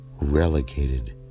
relegated